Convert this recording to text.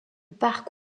parc